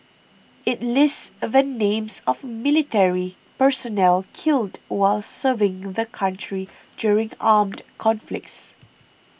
it lists all the names of military personnel killed while serving the country during armed conflicts